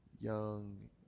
young